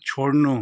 छोड्नु